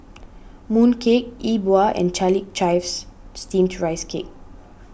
Mooncake Yi Bua and Chiarlic Chives Steamed Rice Cake